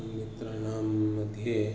मित्राणाम्मध्ये